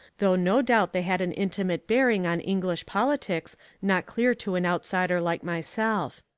though no doubt they had an intimate bearing on english politics not clear to an outsider like myself.